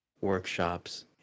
workshops